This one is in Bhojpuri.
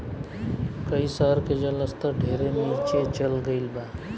कई शहर के जल स्तर ढेरे नीचे चल गईल बा